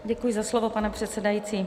Děkuji za slovo, pane předsedající.